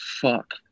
fuck